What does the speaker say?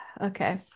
okay